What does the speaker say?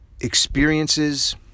experiences